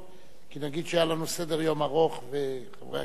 כי נגיד שהיה לנו סדר-יום ארוך וחברי הכנסת